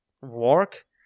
work